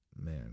Man